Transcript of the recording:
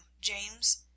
James